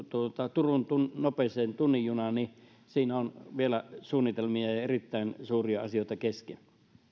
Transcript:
turun nopeaan tunnin junaan niin siinä on vielä suunnitelmia ja erittäin suuria asioita kesken